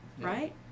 Right